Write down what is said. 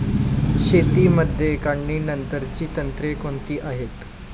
शेतीमध्ये काढणीनंतरची तंत्रे कोणती आहेत?